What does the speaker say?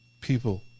People